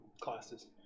classes